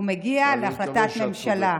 הוא מגיע להחלטת ממשלה.